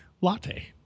latte